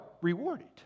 rewarded